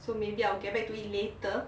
so maybe I will get back to it later